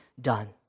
done